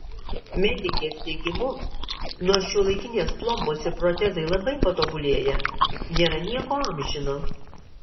medikės teigimu nors šiuolaikinės plombos ir protezai labai patobulėję nėra nieko amžino